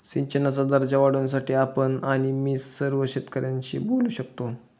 सिंचनाचा दर्जा वाढवण्यासाठी आपण आणि मी सर्व शेतकऱ्यांशी बोलू शकतो